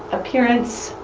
appearance,